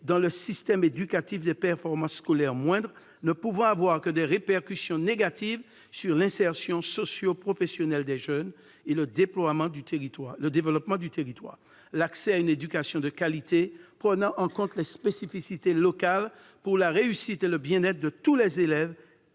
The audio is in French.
dans le système éducatif, des performances scolaires moindres ne pouvant avoir que des répercussions négatives sur l'insertion socioprofessionnelle des jeunes et le développement du territoire. L'accès à une éducation de qualité, prenant en compte les spécificités locales pour la réussite et le bien-être de tous les élèves,